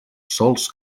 sols